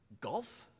Golf